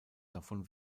davon